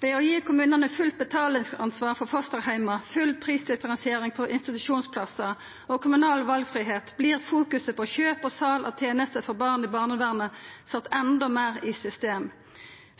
Ved å gi kommunane fullt betalingsansvar for fosterheimar, full prisdifferensiering på institusjonsplassar og kommunal valfridom vert fokuset på kjøp og sal av tenester for barn i barnevernet sett enda meir i system.